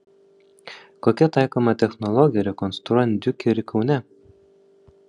kokia taikoma technologija rekonstruojant diukerį kaune